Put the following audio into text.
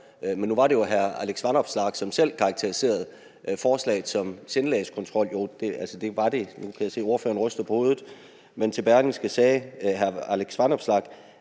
men nu var det jo hr. Alex Vanopslagh, som selv karakteriserede forslaget som sindelagskontrol. Det var det – nu kan jeg se, ordføreren ryster på hovedet. Men til Berlingske sagde hr. Alex Vanopslagh: